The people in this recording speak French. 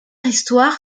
histoire